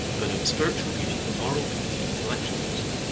but of spiritual beauty, moral beauty, intellectual beauty.